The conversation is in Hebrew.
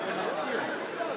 נא לקרוא את השאלה כפי שהיא.